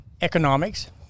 Economics